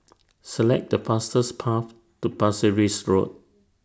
Select The fastest Path to Pasir Ris Road